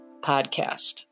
podcast